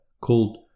called